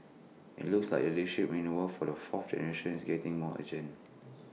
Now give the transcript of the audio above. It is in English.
IT looks like the leadership renewal for the fourth generation is getting more urgent